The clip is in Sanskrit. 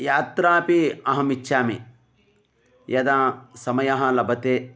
यात्रापि अहम् इच्छामि यदा समयः लभते